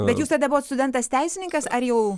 bet jūs tada buvot studentas teisininkas ar jau